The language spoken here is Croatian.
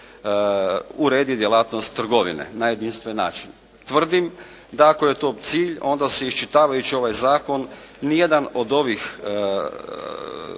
uredi djelatnost trgovine na jedinstven način. Tvrdim da ako je to cilj, onda se iščitavajući ovaj zakon ni jedan od ovih